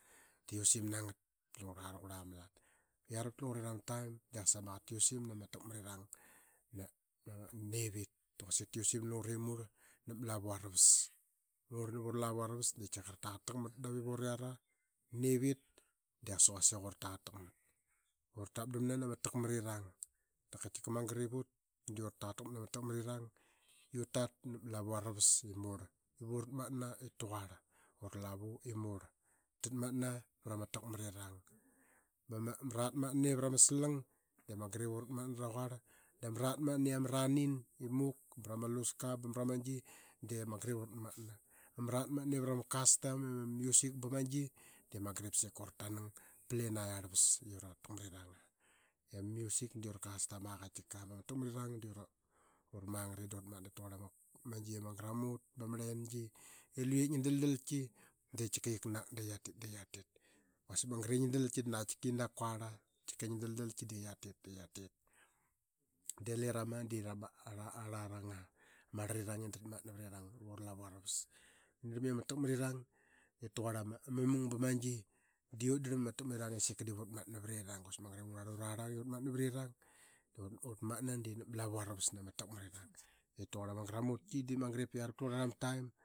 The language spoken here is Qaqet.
Usim nangat pat langura raqurla malat. Iara vat langure ma taim dii qasa ma qaqet ta usim nama takmarirang nene nevit ba quasik t asvim na lungure. I murl nap ma lavu aravasi ura lavu aravas dii tika ra taqatak mat, ura tap damna nama takmarirang dap katika magarip ut dii ura taqa taqmat nama takmarirang. I ut tat nap ama lavu aravas i murl. Ip uratmat taquarl ama lavu i murl tatamatna vra ma takmarirang bama ratmatna nani vra ma slang dii magat. Ip upra matna raquarl dama ratmatna nna i ama ranin i muk marama aluska. Ba magat ip ura matna ama ratmatna vra ma custom i ama music. Ba ama gi dii magat ip sika ura tanang pa lena arlvas i ura takmarirang aa i ama music ura, custom aa qatika. Ba ma takmarirang dii da uratmatna i taqurlama gi ama garamut ba ma arlengi. Luye ngi daldalki de tika qiaknak dii aiatit. Q uasik mangar ip ngi dalki da tika qinak quarla. Tika ngi dalalki dii qiatit de qiatit dii lerama de erang angarlanga ma arlarirang navura lavu aravus. Ngia darlam i ama takmarirang sika dip uratmatna vrarirang. Dap quasik magat ip upra rarl ura qarang i uratmatna variriang. Dii ura matna ip ura lavu aravas nama takmarirang ip taquarl ama gramutki dii magat ip iara vat lungurera ma taim.